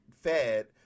fed